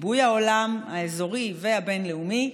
בגיבוי העולם האזורי והבין-לאומי,